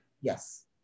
Yes